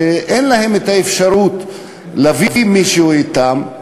שאין להם אפשרות להביא מישהו אתם,